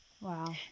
Wow